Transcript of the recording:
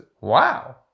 wow